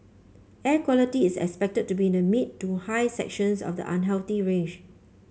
air quality is expected to be the mid to high sections of the unhealthy range